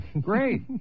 Great